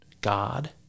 God